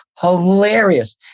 hilarious